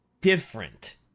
different